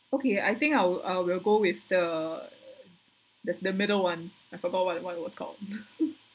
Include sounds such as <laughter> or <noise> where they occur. okay I think I will I will go with the the the middle one I forgot what what it was called <laughs>